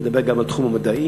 אני מדבר גם על התחום המדעי,